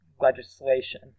legislation